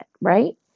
right